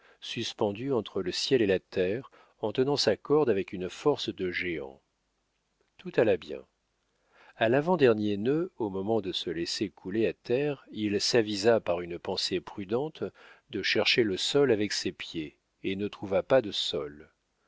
suspendu entre le ciel et la terre en tenant sa corde avec une force de géant tout alla bien a l'avant-dernier nœud au moment de se laisser couler à terre il s'avisa par une pensée prudente de chercher le sol avec ses pieds et ne trouva pas de sol